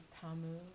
Tamu